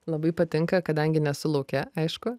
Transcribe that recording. labai patinka kadangi nesu lauke aišku